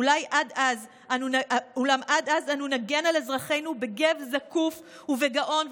אולם עד אז אנו נגן על אזרחנו בגב זקוף ובגאון,